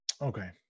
Okay